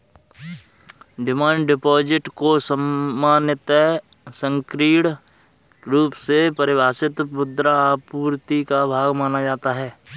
demand deposit को सामान्यतः संकीर्ण रुप से परिभाषित मुद्रा आपूर्ति का भाग माना जाता है